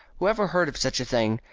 whoever heard of such a thing?